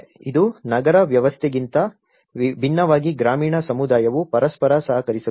ಇದು ನಗರ ವ್ಯವಸ್ಥೆಗಿಂತ ಭಿನ್ನವಾಗಿ ಗ್ರಾಮೀಣ ಸಮುದಾಯವು ಪರಸ್ಪರ ಸಹಕರಿಸುತ್ತದೆ